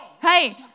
Hey